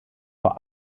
vor